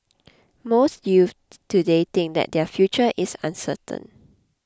most youths today think that their future is uncertain